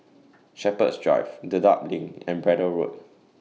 Shepherds Drive Dedap LINK and Braddell Road